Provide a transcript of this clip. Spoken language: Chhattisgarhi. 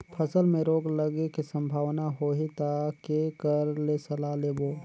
फसल मे रोग लगे के संभावना होही ता के कर ले सलाह लेबो?